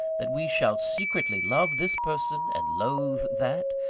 that we shall secretly love this person and loathe that,